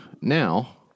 Now